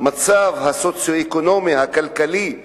שהמצב הסוציו-אקונומי, הכלכלי בהן,